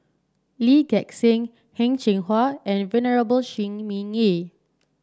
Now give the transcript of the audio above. Lee Gek Seng Heng Cheng Hwa and Venerable Shi Ming Yi